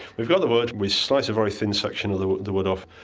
we've got the wood, we slice a very thin section of the the wood off,